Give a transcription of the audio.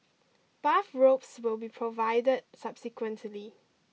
bathrobes will be provided subsequently